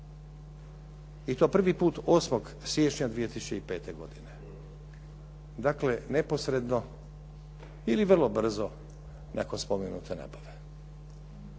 I to prvi put 8. siječnja 2005. godine. Dakle, neposredno ili vrlo brzo nakon spomenute nabave.